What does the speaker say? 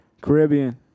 Caribbean